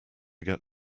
get